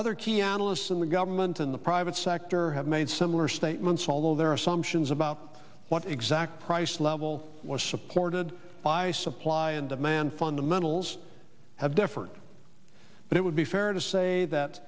other key analysts in the government in the private sector have made similar statements although their assumptions about what exact price level was supported by supply and demand fundamentals have differed but it would be fair to say that